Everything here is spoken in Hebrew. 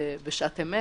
בשעת אמת.